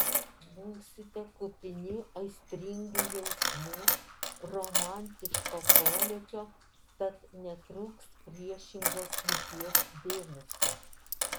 būsite kupini aistringų jausmų romantiško polėkio tad netrūks priešingos lyties dėmesio